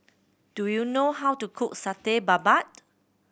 do you know how to cook Satay Babat